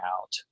out